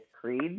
Creed